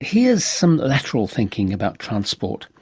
here's some lateral thinking about transport,